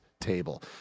table